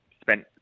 spent